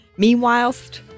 Meanwhilest